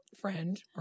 friend